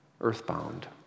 earthbound